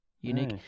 unique